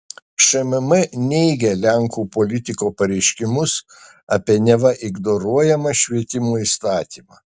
šmm neigia lenkų politiko pareiškimus apie neva ignoruojamą švietimo įstatymą